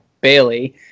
Bailey